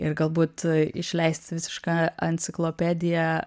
ir galbūt išleisti visišką enciklopediją